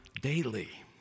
daily